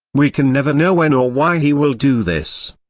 we can never know when or why he will do this.